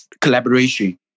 collaboration